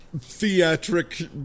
theatric